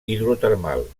hidrotermal